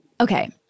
okay